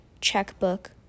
checkbook